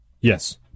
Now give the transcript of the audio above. Yes